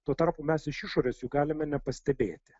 tuo tarpu mes iš išorės jų galime nepastebėti